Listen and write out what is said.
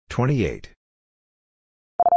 Twenty-eight